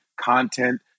Content